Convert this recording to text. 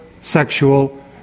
sexual